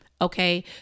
Okay